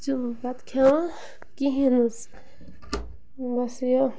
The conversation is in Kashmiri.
چھِ بَتہٕ کھٮ۪وان کِہیٖنۍ حظ بَس یہِ